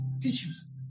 tissues